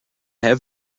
have